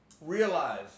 realize